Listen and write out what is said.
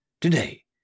Today